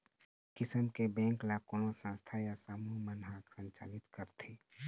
ए किसम के बेंक ल कोनो संस्था या समूह मन ह संचालित करथे